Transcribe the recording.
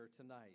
tonight